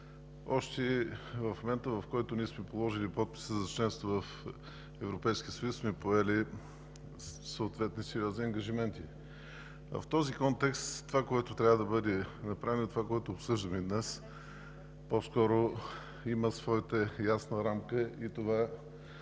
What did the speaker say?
още в момента, в който сме положили подписа си за членство в Европейския съюз, сме поели сериозни ангажименти. В този контекст това, което трябва да бъде направено, и това, което обсъждаме днес, по-скоро има своята ясна рамка и това в